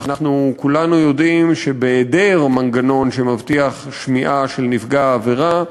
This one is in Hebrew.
אנחנו כולנו יודעים שבהיעדר מנגנון שמבטיח שמיעה של נפגע העבירה,